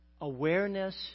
awareness